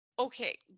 Okay